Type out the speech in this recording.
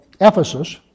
Ephesus